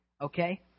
okay